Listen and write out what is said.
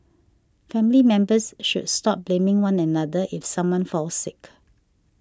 family members should stop blaming one another if someone falls sick